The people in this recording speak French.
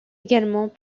également